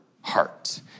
heart